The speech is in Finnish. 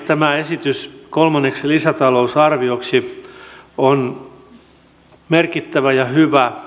tämä esitys kolmanneksi lisätalousarvioksi on merkittävä ja hyvä